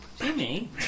Jimmy